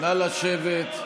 נא לשבת.